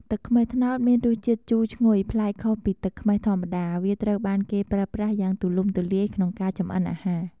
ទឹកខ្មេះត្នោតមានរសជាតិជូរឈ្ងុយប្លែកខុសពីទឹកខ្មេះធម្មតា វាត្រូវបានគេប្រើប្រាស់យ៉ាងទូលំទូលាយក្នុងការចម្អិនអាហារ។